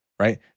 Right